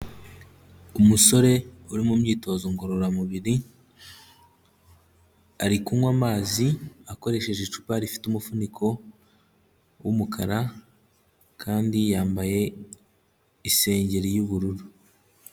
Umusore uri mu myitozo ngororamubiri, ari kunywa amazi akoresheje icupa rifite umufuniko w'umukara kandi yambaye isengeri y'ubururu.